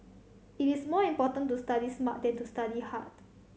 it is more important to study smart than to study hard